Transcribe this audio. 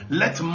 let